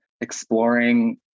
exploring